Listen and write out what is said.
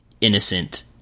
innocent